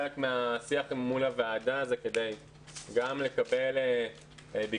חלק מהשיח מול הוועדה זה כדי גם לקבל ביקורת,